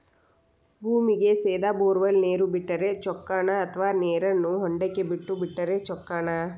ಭೂಮಿಗೆ ಸೇದಾ ಬೊರ್ವೆಲ್ ನೇರು ಬಿಟ್ಟರೆ ಚೊಕ್ಕನ ಅಥವಾ ನೇರನ್ನು ಹೊಂಡಕ್ಕೆ ಬಿಟ್ಟು ಬಿಟ್ಟರೆ ಚೊಕ್ಕನ?